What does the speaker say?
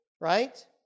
Right